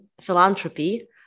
philanthropy